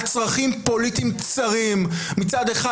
על צרכים פוליטיים צרים: מצד אחד,